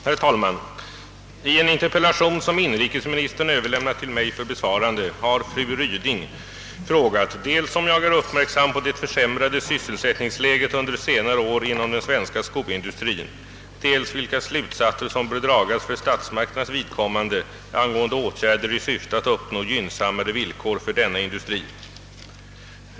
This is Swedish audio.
Herr talman! I en interpellation, som inrikesministern överlämnat till mig för besvarande, har fru Ryding frågat dels om jag är uppmärksam på det försämrade sysselsättningsläget under senare år inom den svenska skoindustrin, deis vilka slutsatser som bör dragas för statsmakternas vidkommande angående åtgärder i syfte att uppnå gynnsammare villkor för denna industri.